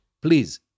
please